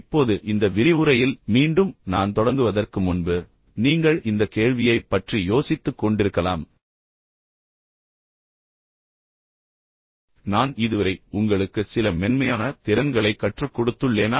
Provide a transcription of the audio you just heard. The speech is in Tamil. இப்போது இந்த விரிவுரையில் மீண்டும் நான் தொடங்குவதற்கு முன்பு நீங்கள் இந்த கேள்வியை பற்றி யோசித்துக்கொண்டிருக்கலாம் நான் இதுவரை உங்களுக்கு சில மென்மையான திறன்களைக் கற்றுக் கொடுத்துள்ளேனா